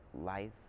life